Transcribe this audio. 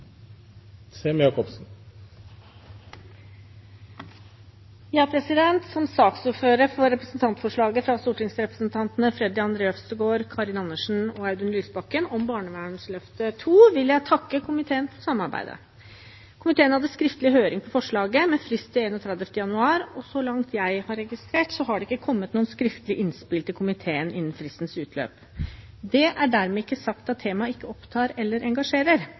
anses vedtatt. Som saksordfører for representantforslaget fra stortingsrepresentantene Freddy André Øvstegård, Karin Andersen og Audun Lysbakken om barnevernsløftet II vil jeg takke komiteen for samarbeidet. Komiteen hadde skriftlig høring om forslaget, med frist 31. januar, og så langt jeg har registrert, har det ikke kommet noen skriftlige innspill til komiteen innen fristens utløp. Det er ikke dermed sagt at temaet ikke opptar eller engasjerer,